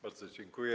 Bardzo dziękuję.